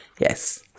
Yes